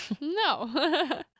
no